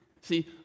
See